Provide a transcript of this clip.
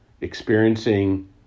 experiencing